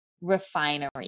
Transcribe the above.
refinery